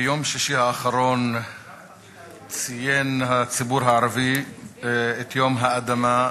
ביום שישי האחרון ציין הציבור הערבי את יום האדמה,